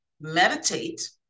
meditate